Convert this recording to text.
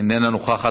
איננה נוכחת.